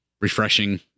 refreshing